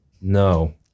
No